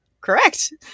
correct